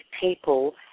people